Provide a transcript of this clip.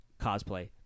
Cosplay